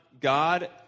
God